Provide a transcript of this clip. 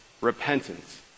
Repentance